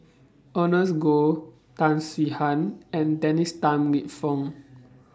Ernest Goh Tan Swie Hian and Dennis Tan Lip Fong